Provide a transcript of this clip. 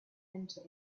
enter